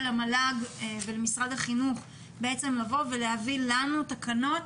למל"ג ולמשרד החינוך להביא לנו תקנות,